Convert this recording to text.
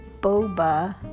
boba